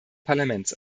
parlaments